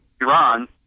Iran